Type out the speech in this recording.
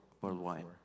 worldwide